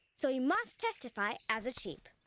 so he must testify as a sheep.